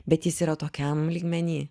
bet jis yra tokiam lygmeny